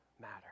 matter